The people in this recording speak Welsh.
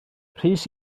rhys